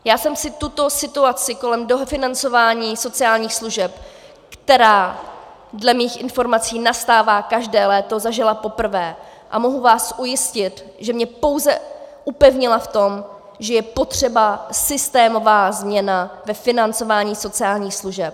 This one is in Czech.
Já jsem si tuto situaci kolem dofinancování sociálních služeb, která dle mých informací nastává každé léto, zažila poprvé a mohu vás ujistit, že mě pouze upevnila v tom, že je potřeba systémová změna ve financování sociálních služeb.